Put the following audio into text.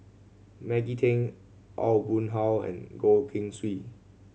Maggie Teng Aw Boon Haw and Goh Keng Swee